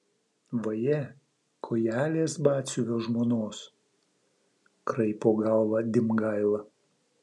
vaje kojelės batsiuvio žmonos kraipo galvą dimgaila